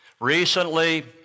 Recently